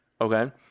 okay